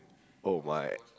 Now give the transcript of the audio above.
oh my